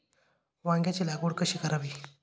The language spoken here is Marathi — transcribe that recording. वांग्यांची लागवड कशी करावी?